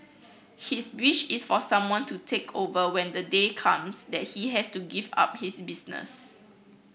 his wish is for someone to take over when the day comes that he has to give up his business